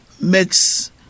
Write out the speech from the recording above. makes